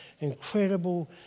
incredible